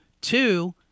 Two